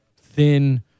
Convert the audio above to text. thin